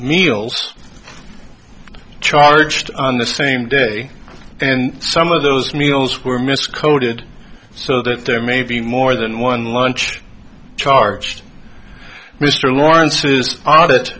meals charged on the same day and some of those meals were missed coded so that there may be more than one lunch charged mr lawrence's a